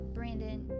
Brandon